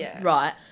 right